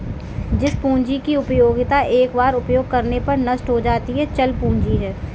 जिस पूंजी की उपयोगिता एक बार उपयोग करने पर नष्ट हो जाती है चल पूंजी है